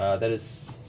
ah that is